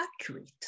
accurate